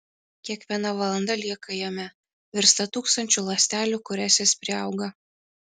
kiekviena valanda lieka jame virsta tūkstančiu ląstelių kurias jis priauga